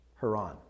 Haran